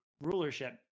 rulership